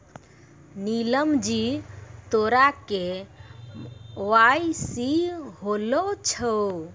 नीलम जी तोरो के.वाई.सी होलो छौं?